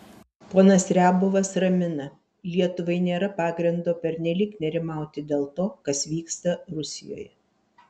ponas riabovas ramina lietuvai nėra pagrindo pernelyg nerimauti dėl to kas vyksta rusijoje